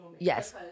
Yes